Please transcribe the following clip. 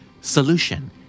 Solution